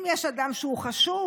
אם יש אדם שהוא חשוד,